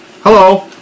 Hello